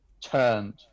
turned